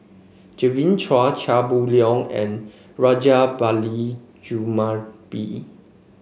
Genevieve Chua Chia Boon Leong and Rajabali Jumabhoy